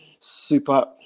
Super